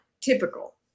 typical